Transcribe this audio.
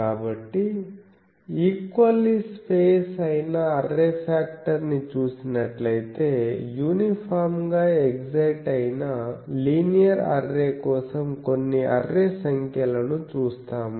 కాబట్టి equally space అయినా array factor ని చూసినట్లయితే యూనిఫామ్ గా ఎక్సైట్ అయిన లీనియర్ అర్రే కోసం కొన్ని అర్రే సంఖ్యలను చూస్తాము